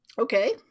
Okay